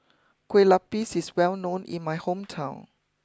Kue Lupis is well known in my hometown